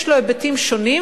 יש לו היבטים שונים,